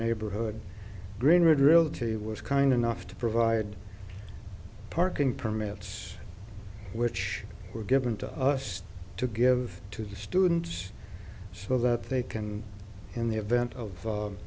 neighborhood greenwood realty was kind enough to provide parking permits which were given to us to give to the students so that they can in the event of